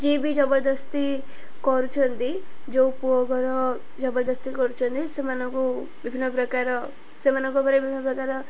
ଯିଏ ବି ଜବରଦସ୍ତି କରୁଛନ୍ତି ଯୋଉ ପୁଅ ଘର ଜବରଦସ୍ତି କରୁଛନ୍ତି ସେମାନଙ୍କୁ ବିଭିନ୍ନ ପ୍ରକାର ସେମାନଙ୍କ ଉପରେ ବିଭିନ୍ନ ପ୍ରକାର